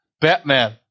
Batman